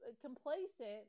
complacent